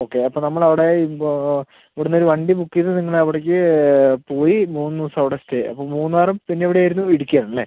okay അപ്പം നമ്മളവിടെ ഇവിടെനിന്ന് ഒരു വണ്ടി ബുക്ക് ചെയ്ത് നിങ്ങൾ അവിടേക്ക് പോയി മൂന്ന് ദിവസം അവിടെ സ്റ്റേ അപ്പം മൂന്നാറും പിന്നെ എവിടെ ആയിരുന്നു ഇടുക്കി ആണല്ലേ